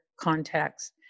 context